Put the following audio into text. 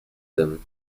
tym